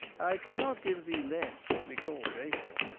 i cannot give thee less, to be call'd grateful.